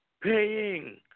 paying